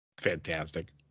fantastic